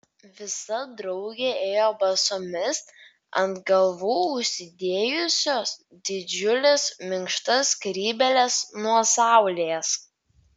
visa draugė ėjo basomis ant galvų užsidėjusios didžiules minkštas skrybėles nuo saulės